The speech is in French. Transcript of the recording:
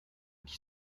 qui